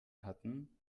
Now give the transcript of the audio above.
hatten